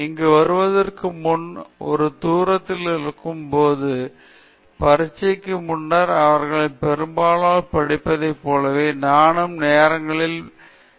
இங்கு வருவதற்கு முன் ஒரு தரத்தில் இருக்கும் போது பரீட்சைகளுக்கு முன்னர் அவர்களில் பெரும்பாலோர் படிப்பதைப் போலவே மற்ற நேரங்களைப் போலவே நாம் அந்த நேரத்தை கடந்து போகிறோம்